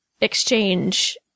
exchange